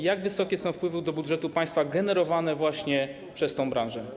Jak wysokie są wpływy do budżetu państwa generowane przez tę branżę?